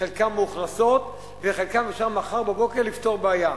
חלקן מאוכלסות ובחלקן אפשר מחר בבוקר לפתור בעיה.